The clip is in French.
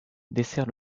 dessert